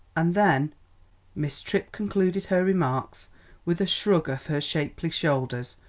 and then miss tripp concluded her remarks with a shrug of her shapely shoulders,